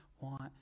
want